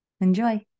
Enjoy